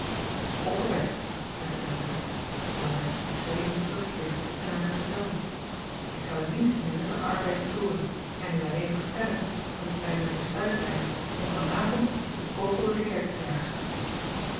pperbest zeide renkelaer terwijl hij op zijn schreden terugkeerde en haar vergezelde ik zal u niet in uw nuttigen arbeid storen en u alleen vertellen dat ik bij mijn besluit blijf om van avond den kogel door de kerk te jagen